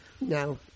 No